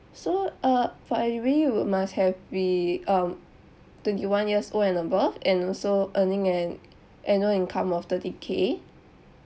so uh for eligibility you must have be um twenty one years old and above and also earning an annual income of thirty K